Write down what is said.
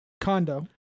condo